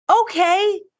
Okay